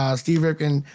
steve rifkind